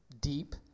deep